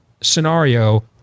scenario